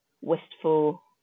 wistful